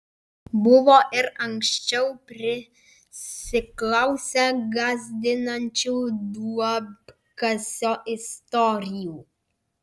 buvo ir anksčiau prisiklausę gąsdinančių duobkasio istorijų